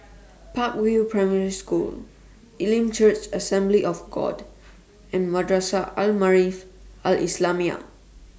Park View Primary School Elim Church Assembly of God and Madrasah Al Maarif Al Islamiah